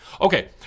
Okay